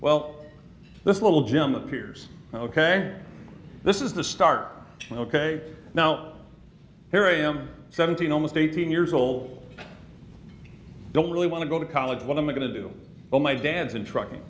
well this little gem appears ok this is the start ok now here i am seventeen almost eighteen years old i don't really want to go to college what am i going to do all my dad's in trucking